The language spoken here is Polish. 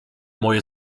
moje